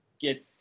get